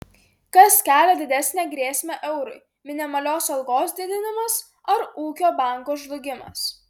kas kelia didesnę grėsmę eurui minimalios algos didinimas ar ūkio banko žlugimas